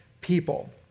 people